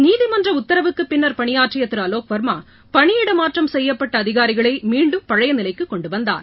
நீதிமன்ற உத்தரவுக்குப் பின்னர் பணியாற்றிய திரு அலோக் வர்மா பணியிட மாற்றம் செய்யப்பட்ட அதிகாரிகளை மீண்டும் பன்ழய நிலைக்கு கொண்டு வந்தார்